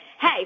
hey